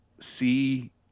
see –